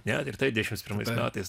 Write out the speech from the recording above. net ir tai devyniasdešimt pirmais metais